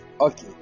Okay